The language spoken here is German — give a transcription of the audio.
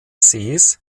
sees